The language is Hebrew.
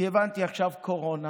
כי הבנתי שעכשיו קורונה